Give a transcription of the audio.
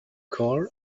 core